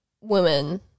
women